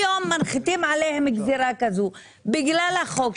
היום מנחיתים עליהם גזירה כזו בגלל החוק.